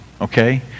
okay